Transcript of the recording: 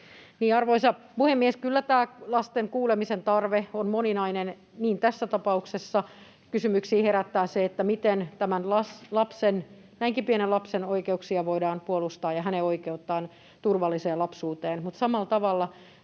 Arvoisa puhemies! Kyllä tämä lasten kuulemisen tarve on moninainen. Tässä tapauksessa kysymyksiä herättää se, miten voidaan puolustaa tämän lapsen, näinkin pienen lapsen, oikeuksia ja hänen oikeuttaan turvalliseen lapsuuteen.